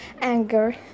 anger